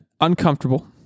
uncomfortable